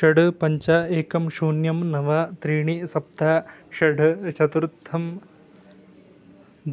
षड् पञ्च एकं शून्यं नव त्रीणि सप्त षड् चतुर्थं